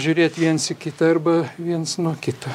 žiūrėt viens į kitą arba viens nuo kito